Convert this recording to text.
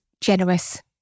generous